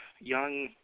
young